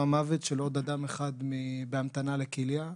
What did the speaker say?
מוות של עוד אדם אחד בהמתנה לכליה.